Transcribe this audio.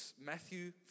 Matthew